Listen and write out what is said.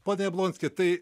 pone jablonski tai